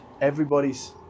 everybody's